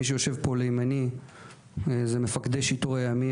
מי שיושבים לימיני הם מפקדי שיטור ימי,